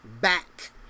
back